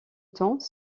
temps